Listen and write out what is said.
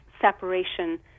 separation